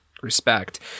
Respect